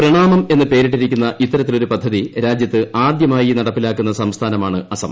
പ്രണാമം എന്നു പേരിട്ടിരിക്കുന്നു ഇത്തരത്തിലൊരു പദ്ധതി രാജ്യത്താദ്യമായി നടപ്പില്പ്പിക്കുന്ന സംസ്ഥാനമാണ് അസം